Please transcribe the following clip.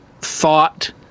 thought